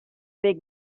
big